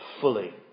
fully